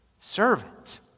servant